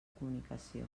comunicació